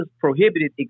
prohibited